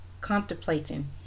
contemplating